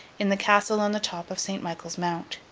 in the castle on the top of st. michael's mount,